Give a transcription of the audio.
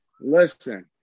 Listen